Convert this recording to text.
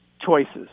choices